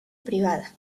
privada